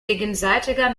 gegenseitiger